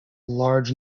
large